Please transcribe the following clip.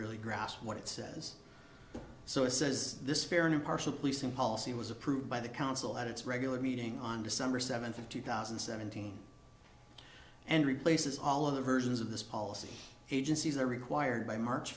really grasp what it says so it says this fair and impartial policing policy was approved by the council at its regular meeting on december seventh of two thousand and seventeen and replaces all of the versions of this policy agencies are required by march